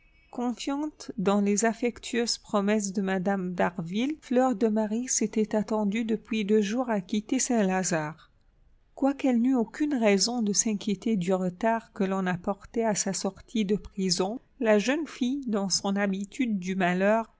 confiante dans les affectueuses promesses de mme d'harville fleur de marie s'était attendue depuis deux jours à quitter saint-lazare quoiqu'elle n'eût aucune raison de s'inquiéter du retard que l'on apportait à sa sortie de prison la jeune fille dans son habitude du malheur